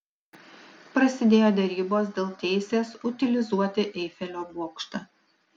prasidėjo derybos dėl teisės utilizuoti eifelio bokštą